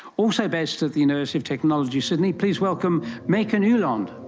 also based at the university of technology sydney, please welcome maiken ueland.